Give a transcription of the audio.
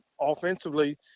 offensively